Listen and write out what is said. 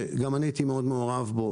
שגם אני הייתי מעורב בו מאוד,